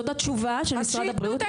זאת התשובה של משרד הבריאות.